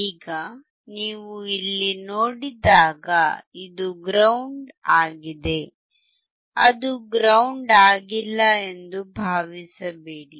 ಈಗ ನೀವು ಇಲ್ಲಿ ನೋಡಿದಾಗ ಇದು ಗ್ರೌಂಡ್ ಆಗಿದೆ ಅದು ಗ್ರೌಂಡ್ ಆಗಿಲ್ಲ ಎಂದು ಭಾವಿಸಬೇಡಿ